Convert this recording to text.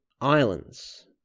Islands